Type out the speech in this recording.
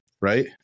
right